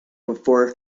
before